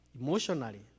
emotionally